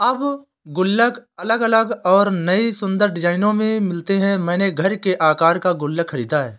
अब गुल्लक अलग अलग और नयी सुन्दर डिज़ाइनों में मिलते हैं मैंने घर के आकर का गुल्लक खरीदा है